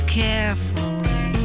carefully